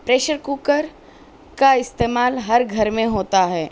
pressure cooker کا استعمال ہر گھر میں ہوتا ہے